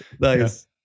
Nice